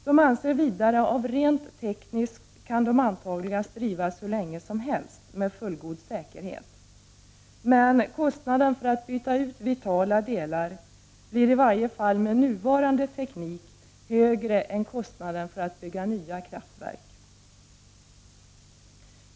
Man anser att reaktorerna rent tekniskt sett antagligen kan drivas hur länge som helst med fullgod säkerhet, men kostnaden för att byta ut vitala delar blir i varje fall med nuvarande teknik högre än kostnaden för att bygga nya kraftverk.